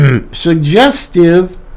suggestive